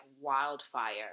wildfire